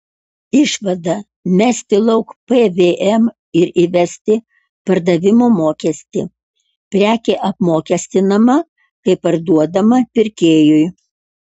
išvada mesti lauk pvm ir įvesti pardavimo mokestį prekė apmokestinama kai parduodama pirkėjui